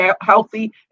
healthy